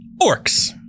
orcs